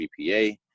GPA